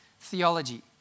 theology